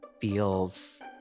feels